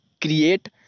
create